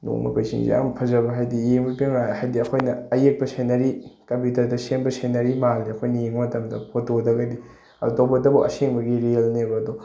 ꯅꯣꯡ ꯃꯄꯩꯁꯤꯡꯁꯦ ꯌꯥꯝ ꯐꯖꯕ ꯍꯥꯏꯗꯤ ꯌꯦꯡꯕꯩ ꯄꯦꯟꯕ ꯍꯥꯏꯗꯤ ꯑꯩꯈꯣꯏꯅ ꯑꯌꯦꯛꯄ ꯁꯦꯅꯔꯤ ꯀꯝꯄꯤꯌꯨꯇꯔꯗ ꯁꯦꯝꯕ ꯁꯦꯅꯔꯤ ꯃꯥꯜꯂꯤ ꯑꯩꯈꯣꯏꯅ ꯌꯦꯡꯕ ꯃꯇꯝꯗ ꯐꯣꯇꯣꯗꯒꯗꯤ ꯑꯗꯣ ꯇꯧꯕꯇꯕꯨ ꯑꯁꯦꯡꯕꯒꯤ ꯔꯤꯌꯦꯜꯅꯦꯕ ꯑꯗꯣ